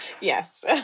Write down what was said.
Yes